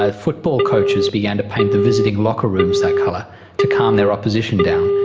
ah football coaches began to paint the visiting locker rooms that colour to calm their opposition down,